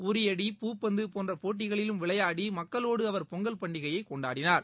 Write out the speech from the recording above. உரியடி பூப்பந்து போன்ற போட்டிகளிலும் விளையாடி மக்களோடு அவர் பொங்கல் பண்டிகையைக் கொண்டாடினார்